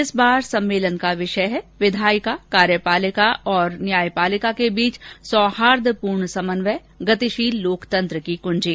इस बार सम्मेलन का विषय है विधायिका कार्यपालिका और न्यायपालिका के बीच सौहार्द्रपूर्ण समन्वय गतिशील लोकतंत्र की कुंजी